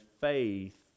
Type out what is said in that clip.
faith